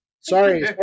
Sorry